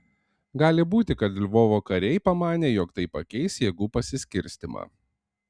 gali būti kad lvovo kariai pamanė jog tai pakeis jėgų pasiskirstymą